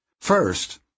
First